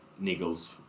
niggles